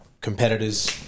competitors